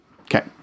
Okay